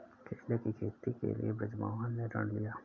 केले की खेती के लिए बृजमोहन ने ऋण लिया है